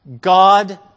God